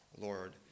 Lord